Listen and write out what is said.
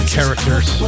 Characters